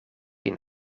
een